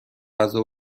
غذا